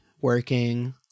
working